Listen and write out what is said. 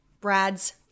Brad's